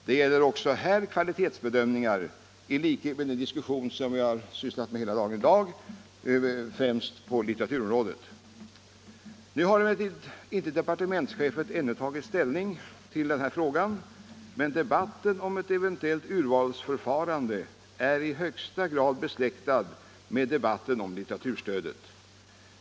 Det gäller också här kvalitetsbedömningar, liksom i den diskussion som vi har varit upptagna med hela dagen, främst på litteraturområdet. Nu har departementschefen ännu inte tagit ställning till denna fråga, men debatten om ett eventuellt urvalsförfarande är i högsta grad besläktad med debatten om litteraturstödet.